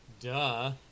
Duh